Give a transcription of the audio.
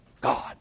God